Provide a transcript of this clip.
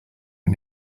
our